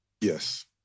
Yes